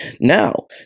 Now